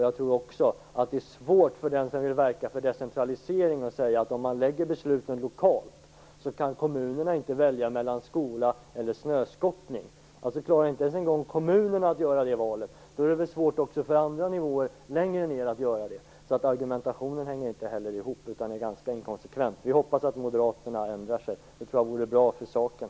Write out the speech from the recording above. Jag tror också att det är svårt för den som vill verka för decentralisering att säga att om man lägger besluten lokalt så kan kommunerna inte välja mellan skola och snöskottning. Om inte ens kommunerna klarar att göra det valet är det svårt även för dem på nivåer längre ned att göra det. Argumentationen hänger inte ihop, utan den är ganska inkonsekvent. Vi hoppas att Moderaterna ändrar sig. Jag tror att det vore bra för saken.